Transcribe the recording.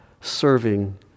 serving